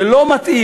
זה לא מתאים,